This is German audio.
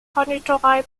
konditorei